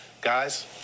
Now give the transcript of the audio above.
guys